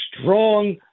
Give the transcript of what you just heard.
strong